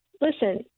Listen